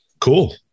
cool